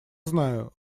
знаю